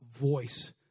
voice